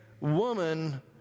woman